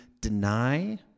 deny